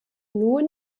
nun